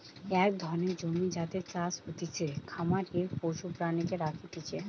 এক ধরণের জমি যাতে চাষ হতিছে, খামারে পশু প্রাণীকে রাখতিছে